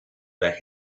back